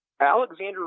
Alexander